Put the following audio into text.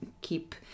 keep